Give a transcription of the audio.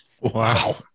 Wow